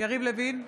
יריב לוין,